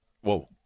Whoa